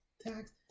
Tax